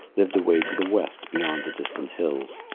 lived away to the west beyond the distant hills.